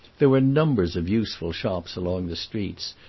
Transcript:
there were numbers of useful shops along the street,